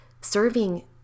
serving